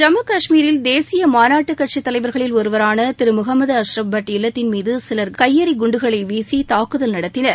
ஜம்மு கஷ்மீரில் தேசிய மாநாட்டுக்கட்சித் தலைவர்களில் ஒருவராள திரு முகம்மது அஸ்ரப் பட் இல்லத்தின் மீது சிலர் கையெறி குண்டுகளை வீசி தாக்குதல் நடத்தினர்